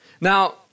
Now